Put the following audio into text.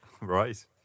right